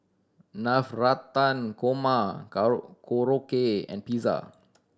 Navratan Korma Korokke and Pizza